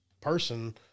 person